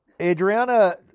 Adriana